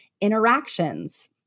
interactions